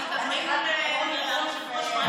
אנחנו מדברים על השבוע-שבועיים האחרונים.